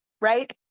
Right